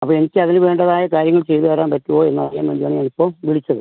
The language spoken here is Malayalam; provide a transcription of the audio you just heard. അപ്പോൾ എനിക്ക് അതിന് വേണ്ടതായ കാര്യങ്ങൾ ചെയ്ത് തരാൻ പറ്റുമോ എന്നറിയാൻ വേണ്ടിയാണ് ഞാൻ ഇപ്പം വിളിച്ചത്